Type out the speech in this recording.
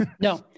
No